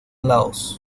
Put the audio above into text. laos